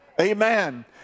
Amen